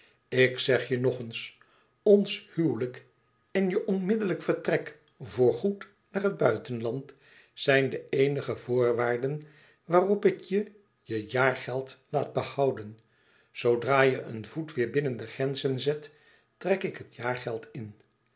ik zeg je nog eens ons huwelijk en je onmiddellijk vertrek voor goed naar het buitenland zijn de eenige voorwaarden waarop ik je je jaargeld laat behouden zoodra je een voet weêr binnen de grenzen zet trek ik het jaargeld in